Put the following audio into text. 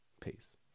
Peace